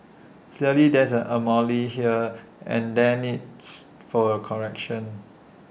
clearly there is A anomaly here and there needs for A correction